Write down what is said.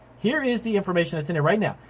here is the information that's in there right now.